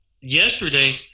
yesterday